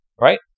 Right